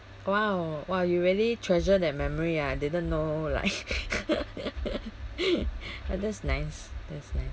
!wow! !wah! you really treasure that memory ah I didn't know like that's nice that's nice